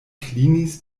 klinis